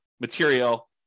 material